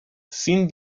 sin